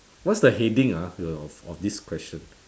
what's the heading ah of of this question